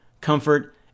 comfort